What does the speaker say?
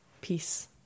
peace